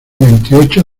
veintiocho